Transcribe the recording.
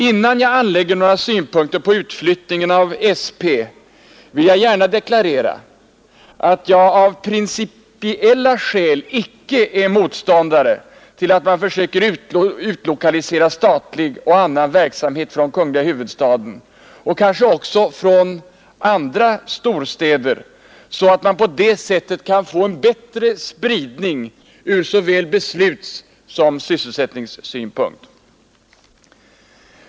Innan jag anlägger några synpunkter på utflyttningen av statens provningsanstalt vill jag gärna deklarera att jag icke av princip är motståndare till att man försöker utlokalisera statlig och annan verksamhet från kungliga huvudstaden och kanske också från andra storstäder, så att man på det sättet kan få en bättre spridning från såväl beslutssom sysselsättningssynpunkt.